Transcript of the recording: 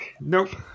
Nope